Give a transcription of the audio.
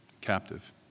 captive